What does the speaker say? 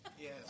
Yes